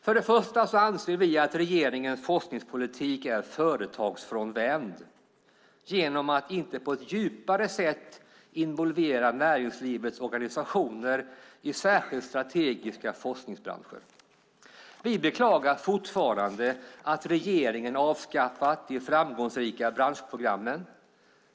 För det första så anser vi att regeringens forskningspolitik är företagsfrånvänd genom att inte på ett djupare sätt involvera näringslivets organisationer i särskilt strategiska forskningsbranscher. Vi beklagar fortfarande att regeringen avskaffat de framgångsrika branschprogrammen.